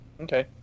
Okay